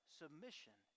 submission